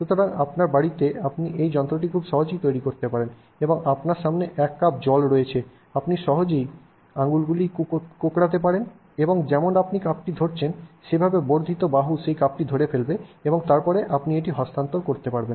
সুতরাং আপনার বাড়িতে আপনি এই যন্ত্রটি খুব সহজেই তৈরি করতে পারেন এবং আপনার সামনে এক কাপ জল রয়েছে আপনি সহজেই আঙ্গুলগুলি কুঁকতে পারেন যেমন আপনি কাপটি ধরছেন আপনার বর্ধিত বাহু সেই কাপটি ধরে ফেলবে এবং তারপরে আপনি এটি হস্তান্তর করতে পারবেন